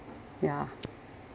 yeah